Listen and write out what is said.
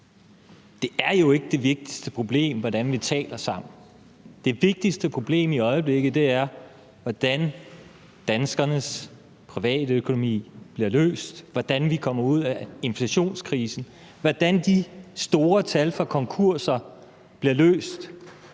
Det er jo ikke det vigtigste problem, hvordan vi taler sammen. Det vigtigste problem i øjeblikket er, hvordan danskernes privatøkonomi bliver løst, hvordan vi kommer ud af inflationskrisen, og hvordan problemet med de store tal for konkurser bliver løst.